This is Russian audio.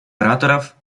ораторов